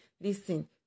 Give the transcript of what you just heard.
Listen